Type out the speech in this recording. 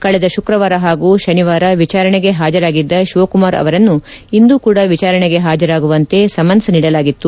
ಕಳೆದ ಶುಕ್ರವಾರ ಹಾಗೂ ಶನಿವಾರ ವಿಚಾರಣೆಗೆ ಹಾಜರಾಗಿದ್ದ ಶಿವಕುಮಾರ್ ಅವರನ್ನು ಇಂದು ಕೂಡಾ ವಿಚಾರಣೆಗೆ ಹಾಜರಾಗುವಂತೆ ಸಮನ್ಸ್ ನೀಡಲಾಗಿತ್ತು